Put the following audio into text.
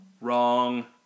Wrong